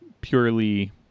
purely